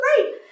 great